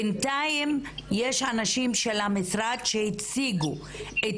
בינתיים יש אנשים של המשרד שהציגו את